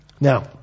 Now